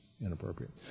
inappropriate